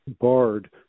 bard